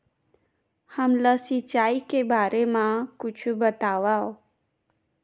हमन ला सिंचाई के बारे मा कुछु बतावव?